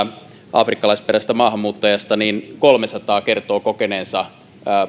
afrikkalaisperäisestä maahanmuuttajasta kolmesataa kertoo kokeneensa